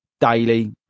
daily